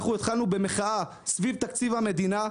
אנחנו התחלנו במחאה סביב תקציב המדינה.